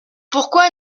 pourquoi